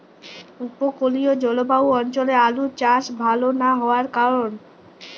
উপকূলীয় জলবায়ু অঞ্চলে আলুর চাষ ভাল না হওয়ার কারণ?